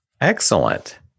Excellent